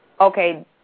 okay